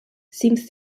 seems